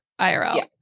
irl